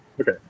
Okay